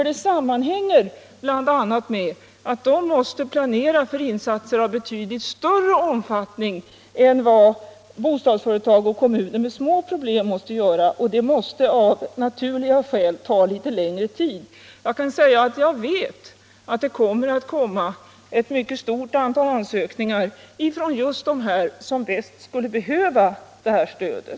Det sammanhänger bl.a. med att de måste planera för insatser av betydligt större omfattning än bostadsföretag och kommuner med små problem måste planera för, och det måste av naturliga skäl ta litet längre tid. Jag vet att det kommer att inlämnas ett mycket stort antal ansökningar från just dem som bäst skulle behöva detta stöd.